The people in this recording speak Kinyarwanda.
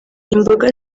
imboga